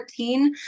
14